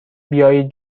بیایید